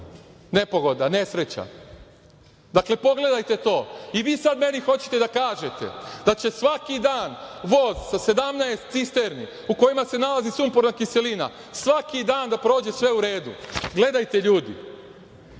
nepogoda, nesreća. Dakle, pogledajte to i vi sada meni hoćete da kažete da će svaki dan voz sa sedamnaest cisterni u kojima se nalazi sumporna kiselina, svaki dan da prođe sve u redu. Gledajte ljudi,